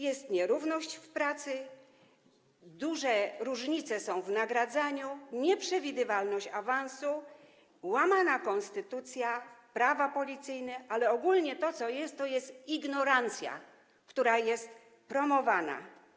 Jest nierówność w pracy, są duże różnice w nagradzaniu, jest nieprzewidywalność awansu, jest łamana konstytucja, są łamane prawa policyjne, ale ogólnie to, co jest, to jest ignorancja, która jest promowana.